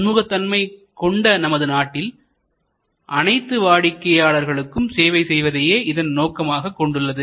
பன்முகத்தன்மை கொண்ட நமது நாட்டில் அனைத்து வாடிக்கையாளர்களுக்கும் சேவை செய்வதையே இதன் நோக்கமாக கொண்டுள்ளது